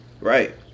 Right